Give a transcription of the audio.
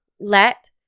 Let